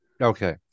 okay